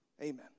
amen